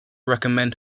recommend